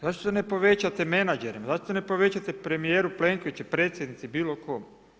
Zašto ne povećate menadžerima, zašto ne povećate premijeru Plenkoviću, predsjednici, bilo kome?